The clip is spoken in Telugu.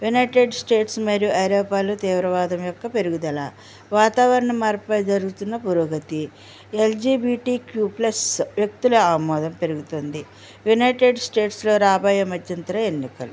యునైటెడ్ స్టేట్స్ మరియు ఐరోపాలు తీవ్రవాదం యొక్క పెరుగుదల వాతావరణ మార్పుపై జరుగుతున్న పురోగతి ఎల్జిబిటి క్యూబ్ ప్లస్ వ్యక్తుల ఆమోదం పెరుగుతుంది యునైటెడ్ స్టేట్స్లో రాబోయే మధ్యంతర ఎన్నికలు